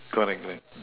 good I got it